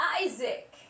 Isaac